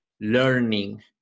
learning